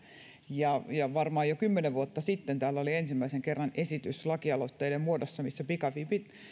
ja varmaan jo kymmenen vuotta sitten täällä oli ensimmäisen kerran esitys lakialoitteen muodossa missä pikavipit